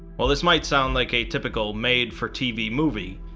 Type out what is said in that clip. while this might sound like a typical made for tv movie,